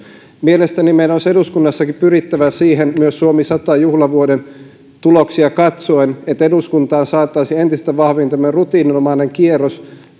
mielestäni meidän olisi eduskunnassakin pyrittävä siihen myös suomi sata juhlavuoden tuloksia katsoen että eduskuntaan saataisiin entistä vahvemmin tämmöinen rutiininomainen kierros